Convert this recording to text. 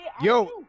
Yo